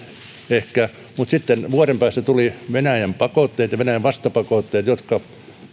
ehkä mutta sitten vuoden päästä tulivat venäjän pakotteet ja venäjän vastapakotteet jotka